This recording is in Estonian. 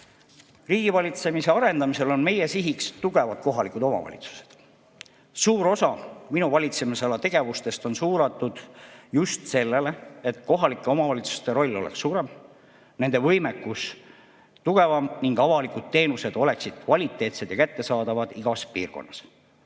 Riigivalitsemise arendamisel on meie sihiks tugevad kohalikud omavalitsused. Suur osa minu valitsemisala tegevustest on suunatud just sellele, et kohalike omavalitsuste roll oleks suurem, nende võimekus tugevam ning avalikud teenused oleksid kvaliteetsed ja kättesaadavad igas piirkonnas.